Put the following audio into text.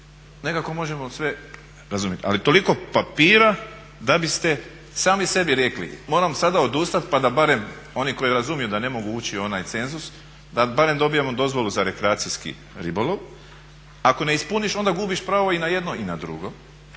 nekako možemo sve razumjeti ali toliko papira da biste sami sebi rekli moram sada odustat pa da barem oni koji razumiju da ne mogu ući u onaj cenzus da barem dobijemo dozvolu za rekreacijski ribolov, ako ne ispuniš onda gubiš pravo i na jedno i na drugo,